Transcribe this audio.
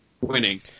winning